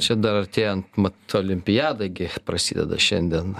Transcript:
čia dar artėjant mat olimpiada gi prasideda šiandien